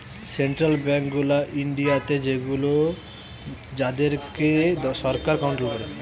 central bank গুলা ইন্ডিয়াতে সেগুলো যাদের কে সরকার কন্ট্রোল করে